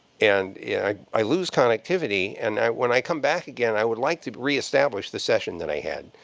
and yeah i lose connectivity. and when i come back again, i would like to reestablish the session that i had.